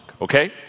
okay